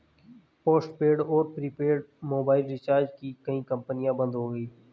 postpaid और prepaid mobile recharge की कई कंपनियां बंद हो गई